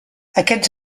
aquests